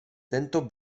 tento